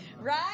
Right